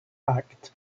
act